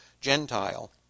Gentile